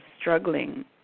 struggling